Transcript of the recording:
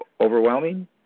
overwhelming